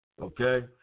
okay